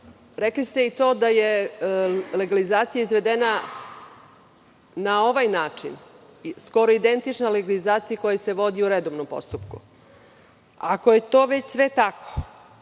ste i to da je legalizacija izvedena na ovaj način skoro identična legalizaciji koja se vodi u redovnom postupku. Ako je to već sve tako,